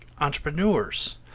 entrepreneurs